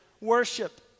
worship